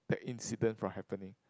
that incident for happening